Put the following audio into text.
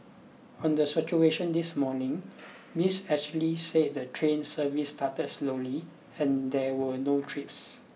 on the situation this morning Miss Ashley said the train service started slowly and there were no trips